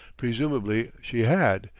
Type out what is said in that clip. presumably she had,